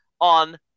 on